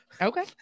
Okay